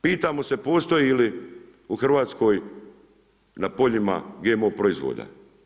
Pitamo se postoji li u Hrvatskoj na poljima GMO proizvoda?